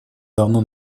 давно